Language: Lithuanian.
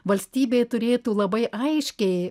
valstybė turėtų labai aiškiai